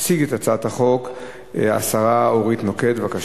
תציג את הצעת החוק השרה אורית נוקד, בבקשה,